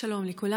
שלום לכולם.